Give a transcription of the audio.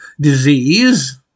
disease